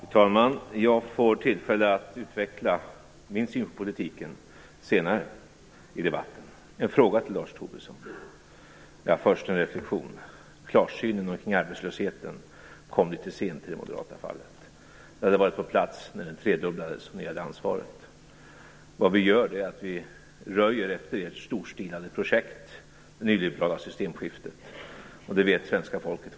Fru talman! Jag får tillfälle att utveckla min syn på politiken senare i debatten. Först har jag en reflexion. Klarsynen omkring arbetslösheten kom litet sent i det moderata fallet. Det hade varit på sin plats när den tredubblades och ni hade ansvaret. Vad vi gör är att röja efter ert storstilade projekt, det nyliberala systemskiftet. Vad det har betytt vet svenska folket.